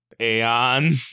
aeon